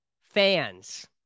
fans